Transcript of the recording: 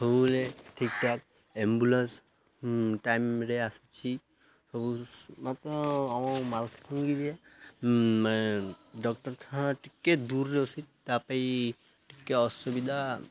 ସବୁବେଲେ ଠିକ୍ଠାକ୍ ଆମ୍ବୁଲାନ୍ସ ଟାଇମ୍ରେ ଆସୁଛି ସବୁ ରେ ଡ଼କ୍ଟର୍ଖାନା ଟିକେ ଦୂର୍ରେ ଅଛି ତା' ପାଇଁ ଟିକେ ଅସୁବିଧା